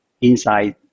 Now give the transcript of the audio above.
inside